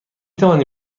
توانی